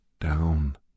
down